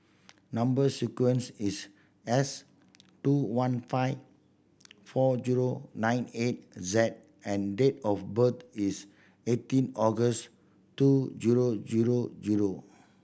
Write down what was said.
number sequence is S two one five four zero nine eight Z and date of birth is eighteen August two zero zero zero